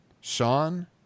Sean